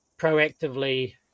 proactively